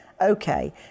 Okay